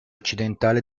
occidentale